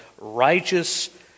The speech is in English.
righteous